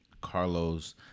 Carlos